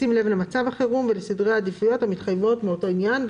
בשים לב למצב החירום ולסדרי העדיפויות המתחייבות באותו עניין,"